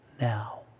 now